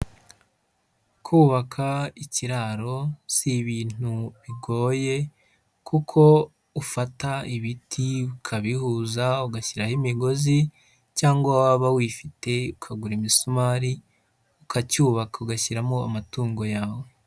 Kubaka ikiraro si ibintu bigoye, kuko ufata ibiti ukabihuza, ugashyiraho imigozi cyangwa waba wifite ukagura imisumari, ukacyubaka, ugashyiramo amatungo yawe.